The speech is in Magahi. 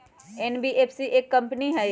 एन.बी.एफ.सी एक कंपनी हई?